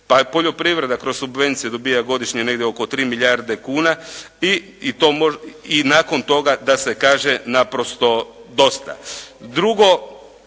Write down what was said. pa i poljoprivreda kroz subvencije dobiva godišnje negdje oko 3 milijarde kuna i nakon toga da se kaže naprosto dosta. Drugo